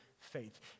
faith